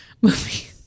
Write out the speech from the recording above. movie